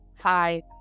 hi